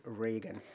Reagan